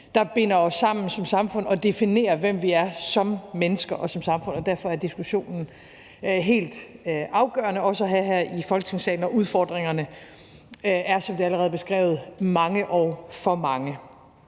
der binder os sammen som samfund og definerer, hvem vi er som mennesker og som samfund. Derfor er diskussionen også helt afgørende at have her i Folketingssalen, og udfordringerne er, som det allerede er beskrevet, mange og for mange.